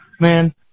Man